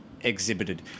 exhibited